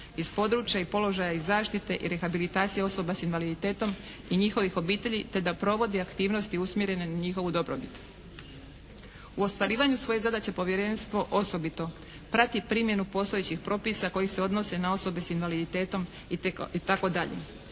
iz područja i položaja i zaštite i rehabilitacije osoba s invaliditetom i njihovih obitelji te da provodi aktivnosti usmjerene na njihovu dobrobit. U ostvarivanju svoje zadaće Povjerenstvo osobito prati primjenu postojećih propisa koji se odnose na osobe s invaliditetom itd.